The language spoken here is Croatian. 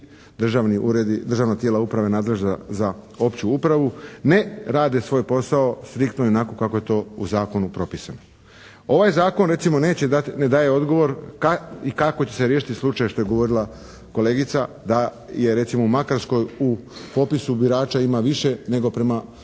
državna tijela uprave nadležna za opću upravu ne rade svoj posao striktno i onako kako je to u zakonu propisano. Ovaj zakon recimo neće dati, ne daje odgovor kako će se riješiti slučaj, što je govorila kolegica, da je recimo u Makarskoj u popisu birača ima više nego